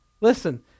Listen